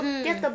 mm